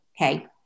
Okay